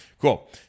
Cool